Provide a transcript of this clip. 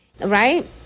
Right